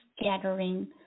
gathering